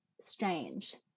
strange